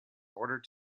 order